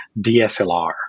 DSLR